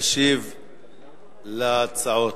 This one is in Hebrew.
ישיב להצעות.